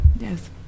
Yes